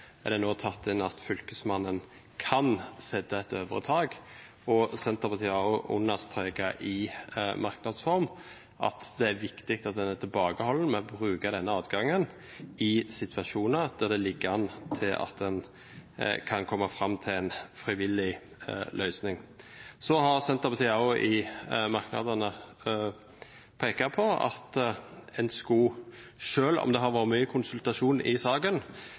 femte ledd nå er tatt inn at Fylkesmannen kan sette et øvre tak. Senterpartiet har også understreket, i merknads form, at det er viktig at en er tilbakeholden med å bruke denne adgangen i situasjoner der det ligger an til at en kan komme fram til en frivillig løsning. Senterpartiet har i merknadene også pekt på at en skulle ønsket, selv om det har vært mye konsultasjon i saken,